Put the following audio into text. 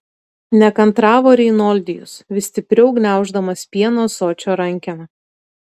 nekantravo reinoldijus vis stipriau gniauždamas pieno ąsočio rankeną